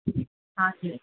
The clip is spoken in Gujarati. હા છે